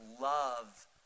love